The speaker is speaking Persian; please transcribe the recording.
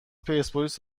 پرسپولیس